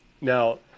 Now